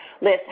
Liz